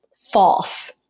false